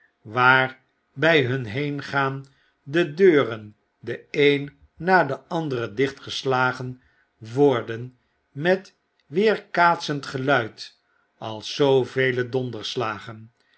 waar bij hun heengaan de deuren de een na de andere dicht geslagen worden met weerkaatsend geluid als zoovele donderslagen en